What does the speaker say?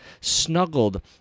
snuggled